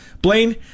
Blaine